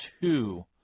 two